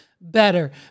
better